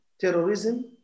terrorism